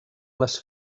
les